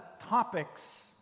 topics